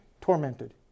tormented